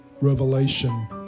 revelation